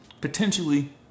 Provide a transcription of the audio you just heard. Potentially